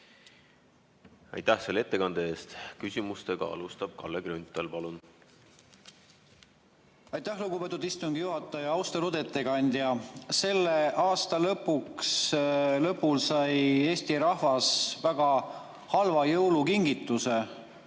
Aitäh selle ettekande eest! Küsimusi alustab Kalle Grünthal. Palun! Aitäh, lugupeetud istungi juhataja! Austatud ettekandja! Selle aasta lõpul sai Eesti rahvas väga halva jõulukingituse